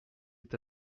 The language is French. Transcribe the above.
est